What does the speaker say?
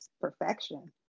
perfection